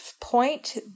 point